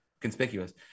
conspicuous